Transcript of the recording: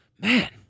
Man